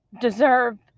deserve